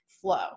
flow